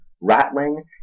rattling